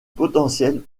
potentiel